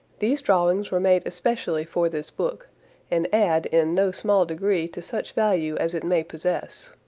these drawings were made especially for this book and add in no small degree to such value as it may possess.